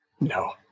No